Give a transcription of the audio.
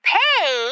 pay